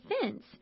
fence